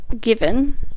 Given